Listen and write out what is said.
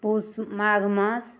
पूस माघ मास